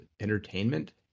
Entertainment